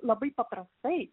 labai paprastai